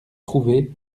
trouver